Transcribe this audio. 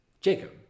Jacob